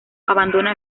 abandona